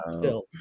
Phil